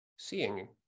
seeing